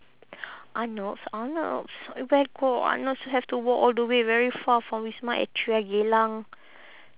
arnolds arnolds where got arnolds have to walk all the way very far from wisma atria geylang